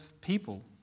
people